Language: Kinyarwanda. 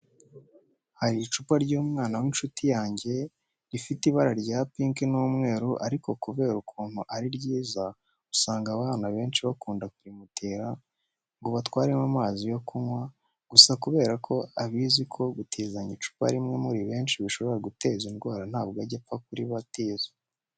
Hari icupa ry'umwana w'inshuti yange rifite ibara rya pinki n'umweru ariko kubera ukuntu ari ryiza usanga abana benshi bakunda kurimutira ngo batwaremo amazi yo kunywa, gusa kubera ko abizi ko gutizanya icupa rimwe muri benshi bishobora guteza indwara ntabwo ajya apfa kuribatiza.